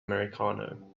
americano